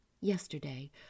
yesterday